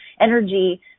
energy